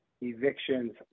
evictions